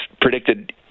predicted